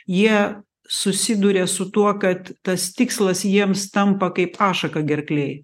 jie susiduria su tuo kad tas tikslas jiems tampa kaip ašaka gerklėj